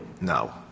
no